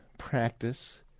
Practice